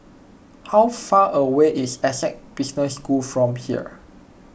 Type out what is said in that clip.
how far away is Essec Business School from here